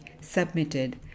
submitted